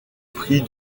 prix